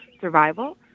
survival